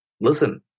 listen